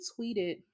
tweeted